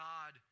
God